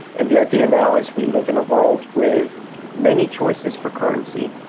and the idea now is we live in a world with many choices for currency.